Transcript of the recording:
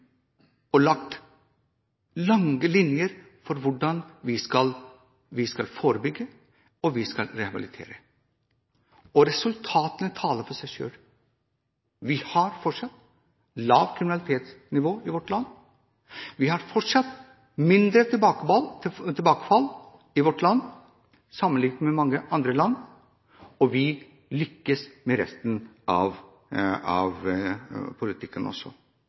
og lagt lange linjer for hvordan vi skal forebygge og rehabilitere, og resultatene taler for seg selv. Vi har fortsatt et lavt kriminalitetsnivå i vårt land, vi har fortsatt mindre tilbakefall i vårt land sammenliknet med mange andre land, og vi lykkes med resten av politikken også.